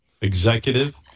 executive